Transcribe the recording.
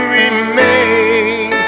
remain